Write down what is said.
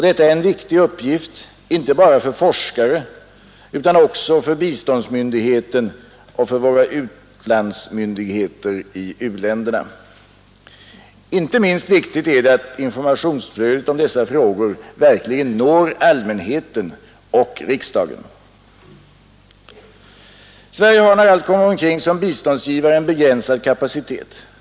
Detta är en viktig uppgift inte bara för forskare utan också för biståndsmyndigheten och för våra utlandsmyndigheter i u-länderna. Inte minst viktigt är det att informationsflödet om dessa frågor verkligen når allmänheten och riksdagen. Sverige har när allt kommer omkring som biståndsgivare en begränsad kapacitet.